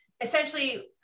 essentially